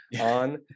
on